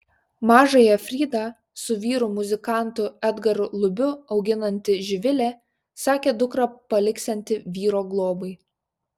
mažąją fridą su vyru muzikantu edgaru lubiu auginanti živilė sakė dukrą paliksianti vyro globai